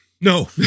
No